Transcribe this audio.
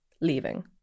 leaving